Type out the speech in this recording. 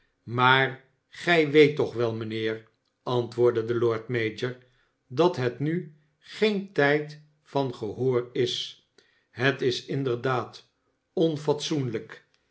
maar gij weet toch wel mijnheer antwoordde de lord mayor dat het nu geen tijd van gehoor is het is inderdaad onfatsoenlijk